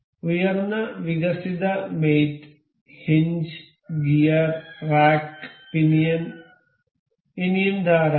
ഉയർന്ന വികസിത mate hinge gear rack pinion ഇനിയും ധാരാളം